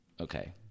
Okay